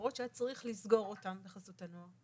מסגרות שהיה צריך לסגור אותן בחסות הנוער.